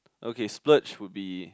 okay splurge would be